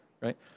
right